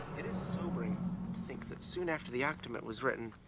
it is sobering to think that soon after the akdumet was written,